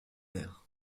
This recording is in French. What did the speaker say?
air